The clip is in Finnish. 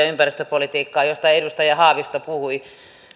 ja ympäristöpolitiikkaa mistä edustaja haavisto puhui